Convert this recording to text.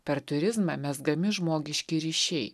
per turizmą mezgami žmogiški ryšiai